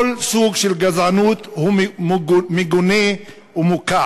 כל סוג של גזענות הוא מגונה ומוקע,